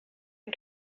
and